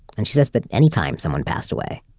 and she said that any time someone passed away,